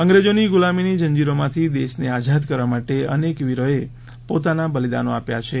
અંગ્રેજોની ગુલામીની ઝંઝીરોમાંથી દેશને આઝાદ કરવા માટે અનેક વિરોએ પોતાના બલિદાનો આપ્યા છે